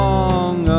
Long